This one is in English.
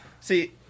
See